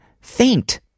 faint